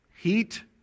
heat